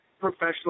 professional